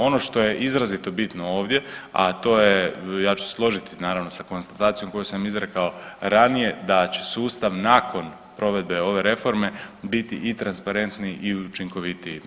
Ono što je izrazito bitno ovdje, a to je, ja ću se složiti naravno sa konstatacijom koju sam izrekao ranije da će sustav nakon provedbe ove reforme biti i transparentniji i učinkovitiji.